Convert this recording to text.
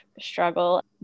struggle